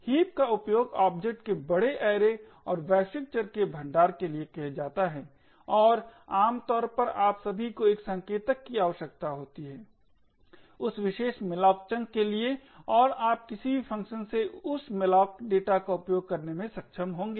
heap का उपयोग object के बड़े ऐरे और वैश्विक चर के भंडारण के लिए किया जाता है और आमतौर पर आप सभी को एक संकेतक की आवश्यकता होती है उस विशेष malloc चंक के लिए और आप किसी भी फ़ंक्शन से उस malloc डेटा का उपयोग करने में सक्षम होंगे